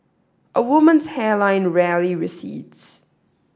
a woman's hairline rarely recedes